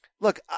look